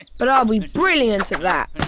but i'll be brilliant at that.